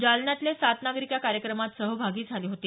जालन्यातले सात नागरिक या कार्यक्रमात सहभागी झाले होते